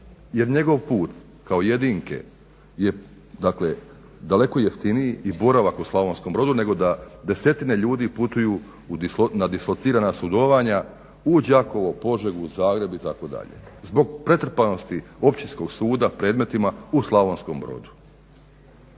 jer njegov put kao jedinke je, dakle daleko jeftiniji i boravak u Slavonskom Brodu nego da desetine ljudi putuju na dislocirana sudovanja u Đakovo, Požegu, Zagreb itd. zbog pretrpanosti Općinskog suda predmetima u Slavonskom Brodu.